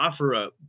OfferUp